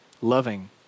loving